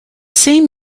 same